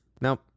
Now